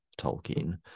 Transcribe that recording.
tolkien